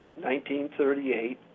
1938